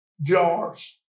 jars